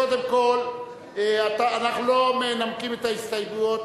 קודם כול אנחנו לא מנמקים את ההסתייגויות,